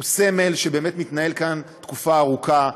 הוא סמל שבאמת מתנהל כאן תקופה ארוכה,